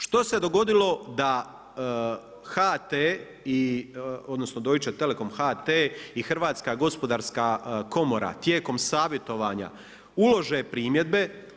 Što se dogodilo da HT odnosno Deutsche telekom HT i Hrvatska gospodarska komora tijekom savjetovanja ulože primjedbe.